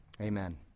Amen